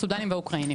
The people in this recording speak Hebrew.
הסודנים והאוקראינים.